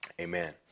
Amen